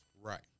Right